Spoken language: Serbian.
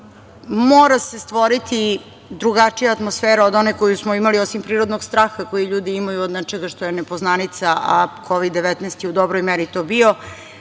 se stvoriti drugačija atmosfera od one koju smo imali, osim prirodnog straha koji ljudi imaju od nečega što je nepoznanica, a Kovid 19 je u dobroj meri to bio,